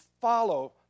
follow